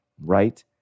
right